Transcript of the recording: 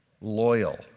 loyal